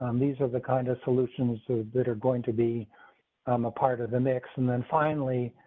um these are the kind of solutions so that are going to be um a part of the mix. and then finally,